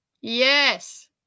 yes